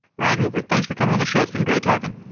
ryan hoover, thanks for coming on the show. it's been great talking.